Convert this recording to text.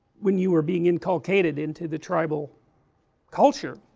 when you were being inculcated into the tribal culture,